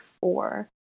four